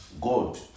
God